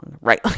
right